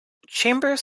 chambers